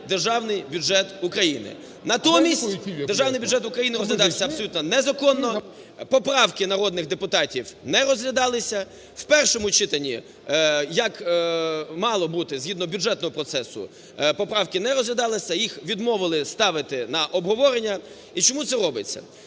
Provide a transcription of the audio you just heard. Державний бюджет України. Натомість, Державний бюджет України розглядався абсолютно незаконно, поправки народних депутатів не розглядалися, в першому читанні , як мало бути згідно бюджетного процесу, поправки не розглядалися, їх відмовились ставити на обговорення. І чому це робиться?